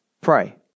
pray